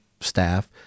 staff